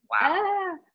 Wow